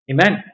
Amen